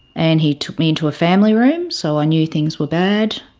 and he took me into a family room, so i knew things were bad.